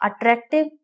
attractive